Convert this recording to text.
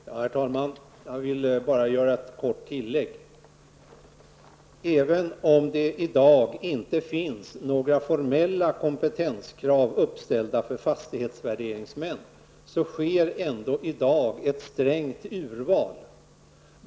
Herr talman! Jag vill bara göra ett kort tillägg. Även om det inte finns några formella kompetenskrav uppställda i dag för fastighetsvärderingsmän sker det ändå ett strängt urval.